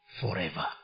forever